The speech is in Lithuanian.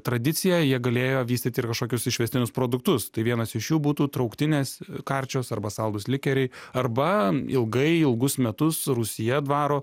tradiciją jie galėjo vystyti ir kažkokius išvestinius produktus tai vienas iš jų būtų trauktinės karčios arba saldūs likeriai arba ilgai ilgus metus rūsyje dvaro